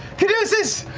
caduceus,